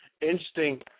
interesting